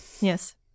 Yes